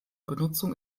benutzung